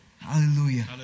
Hallelujah